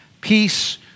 peace